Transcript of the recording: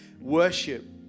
worship